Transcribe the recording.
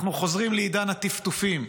אנחנו חוזרים לעידן הטפטופים.